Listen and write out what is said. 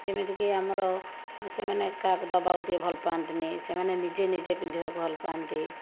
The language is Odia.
ଯେମିତିକି ଆମର ସେମାନେ କାହାକୁ ଦେବାକୁ ଟିକିଏ ଭଲ ପାଆନ୍ତିନି ସେମାନେ ନିଜେ ନିଜେ ପିନ୍ଧିବାକୁ ଭଲ ପାଆନ୍ତି